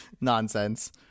nonsense